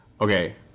Okay